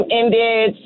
ended